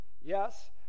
Yes